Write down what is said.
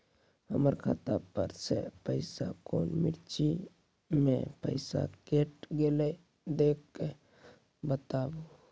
हमर खाता पर से पैसा कौन मिर्ची मे पैसा कैट गेलौ देख के बताबू?